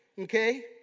okay